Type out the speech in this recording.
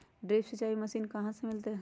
Drip सिंचाई machine कहाँ से मिलतै?